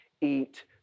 eat